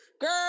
girl